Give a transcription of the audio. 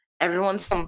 everyone's